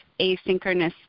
asynchronous